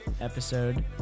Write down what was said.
episode